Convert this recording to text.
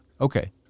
Okay